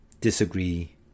disagree